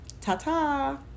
Ta-ta